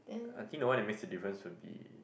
I think the one that makes it different would be